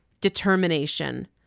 determination